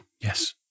yes